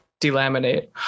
delaminate